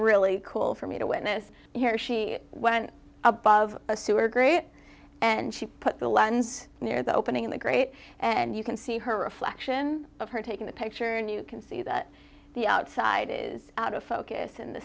really cool for me to witness here she went above a sewer grate and she put the lens near the opening in the grate and you can see her reflection of her taking a picture and you can see that the outside is out of focus in the